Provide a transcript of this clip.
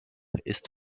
ist